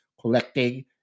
collecting